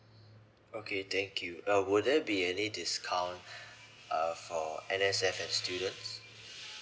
okay thank you uh would there be any discount uh for N_S_F and students